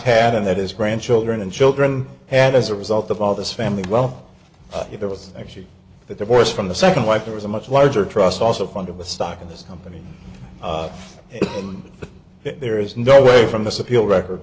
had and that his grandchildren and children and as a result of all this family well there was actually the divorce from the second wife there was a much larger trust also funded with stock in this company and there is no way from this appeal record